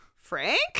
Frank